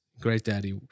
Great-daddy